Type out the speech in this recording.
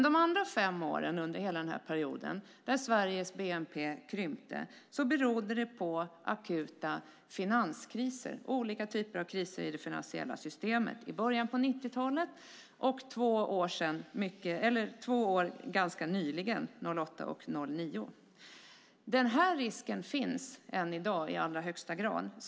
De övriga fem åren krympte Sveriges bnp på grund av akuta finanskriser, olika typer av kriser i det finansiella systemet. Det var i början av 90-talet och under två år ganska nyligen, 2008 och 2009. Denna risk finns i allra högsta grad ännu i dag.